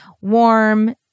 warm